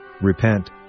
Repent